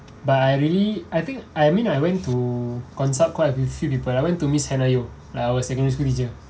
but I really I think I mean I went to consult quite a few people I went to miss hannah yeoh like uh our secondary school teacher